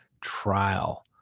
trial